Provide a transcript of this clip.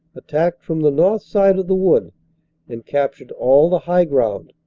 attacked from the north side of the wood and captured all the high ground,